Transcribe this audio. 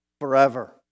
forever